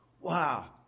Wow